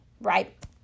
right